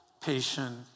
patient